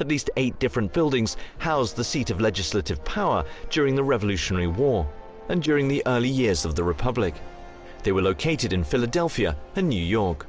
at least eight different buildings housed the seat of legislative power during the revolutionary war and during the early years of the republic they were located in philadelphia and new york.